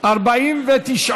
מניעת ביצוע עבירות (תיקון מס' 2),